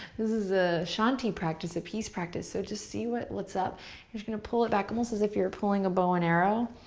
this is a shanti practice, a peace practice, so just see what's what's up. you're just gonna pull it back, almost as if you're pulling a bow and arrow.